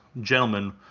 gentlemen